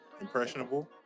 impressionable